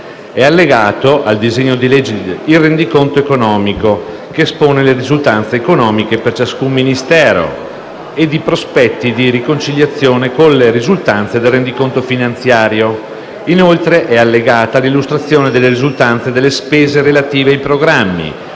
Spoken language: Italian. È allegato al disegno di legge il rendiconto economico, che espone le risultanze economiche per ciascun Ministero e i prospetti di riconciliazione con le risultanze del rendiconto finanziario. Inoltre, è allegata l'illustrazione delle risultanze delle spese relative ai programmi